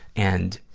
and,